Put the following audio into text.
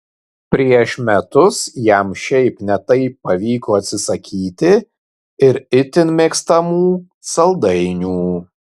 prieš metus jam šiaip ne taip pavyko atsisakyti ir itin mėgstamų saldainių